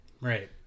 Right